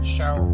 Show